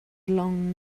long